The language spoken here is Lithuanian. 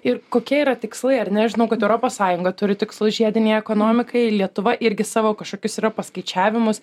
ir kokie yra tikslai ar ne žinau kad europos sąjunga turi tikslus žiedinei ekonomikai lietuva irgi savo kažkokius yra paskaičiavimus